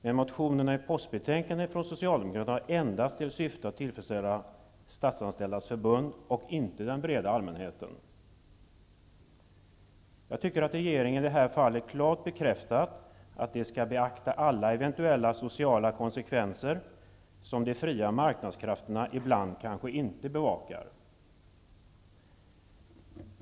Men motionerna från socialdemokraterna i postbetänkandet har endast till syfte att tillfredsställa statsanställdas förbund och inte den breda allmänheten. Jag tycker att regeringen i det här fallet klart bekräftar att den skall beakta alla eventuella sociala konsekvenser som de fria marknadskrafterna ibland kanske inte bevakar.